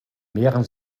mehren